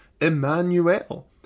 Emmanuel